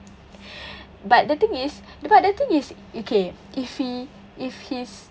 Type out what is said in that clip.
but the thing is but the thing is okay if he if his